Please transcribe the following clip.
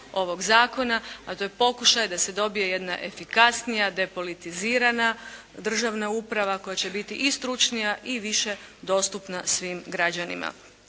ovog zakona, a to je pokušaj da se dobije jedna efikasnija depolitizirana državna uprava koja će biti i stručnija i više dostupna svim građanima.